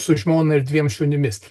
su žmona ir dviem šunimis